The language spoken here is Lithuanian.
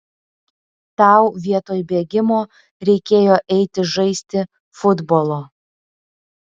tau vietoj bėgimo reikėjo eiti žaisti futbolo